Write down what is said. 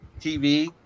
tv